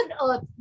Earth